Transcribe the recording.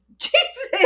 Jesus